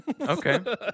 Okay